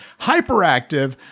Hyperactive